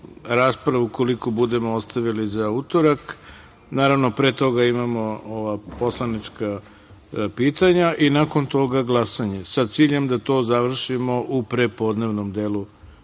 raspravu, ukoliko budemo ostavili za utorak, naravno, pre toga imamo poslanička pitanja i nakon toga glasanje, sa ciljem da to završimo u prepodnevnom delu